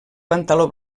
pantaló